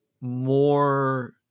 more